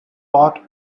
part